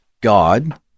God